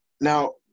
Now